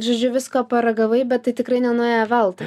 žodžiu visko paragavai bet tai tikrai nenuėjo veltui